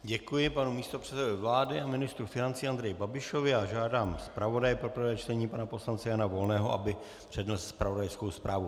Děkuji panu místopředsedovi vlády a ministru financí Andreji Babišovi a žádám zpravodaje pro prvé čtení pana poslance Jana Volného, aby přednesl zpravodajskou zprávu.